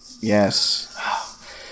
yes